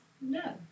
no